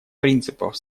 принципов